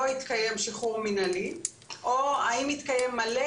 התקיים שחרור מנהלי או האם התקיים מלא,